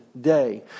day